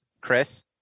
Chris